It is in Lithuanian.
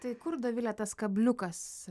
tai kur dovile tas kabliukas